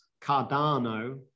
Cardano